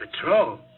patrol